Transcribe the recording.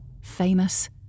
famous